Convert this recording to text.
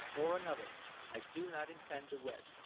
or another i do not intend to wed.